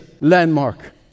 landmark